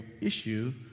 issue